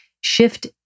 Shift